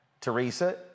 Teresa